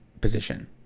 position